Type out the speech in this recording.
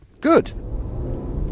good